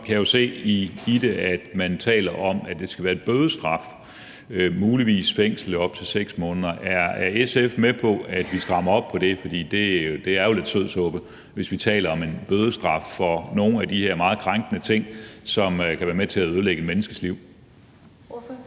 kan jeg jo se, at man taler om, at der skal være bødestraf og muligvis fængsel i op til 6 måneder. Er SF med på, at vi strammer op på det? For det er jo lidt en gang sødsuppe at tale om en bødestraf for nogle af de her meget krænkende ting, som kan være med til at ødelægge et menneskes liv.